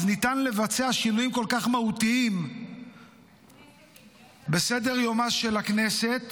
אז ניתן לבצע שינויים כל כך מהותיים בסדר-יומה של הכנסת